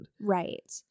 Right